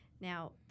Now